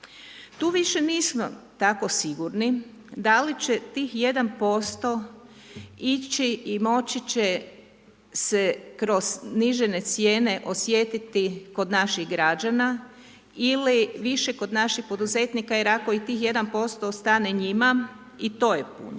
Tu više nismo tako sigurni, da li će tih 1% ići i moći će se kroz snižene cijene osjetiti kod naših građana ili više kod naših poduzetnika, jer ako i tih 1% ostane njima, i to je puno.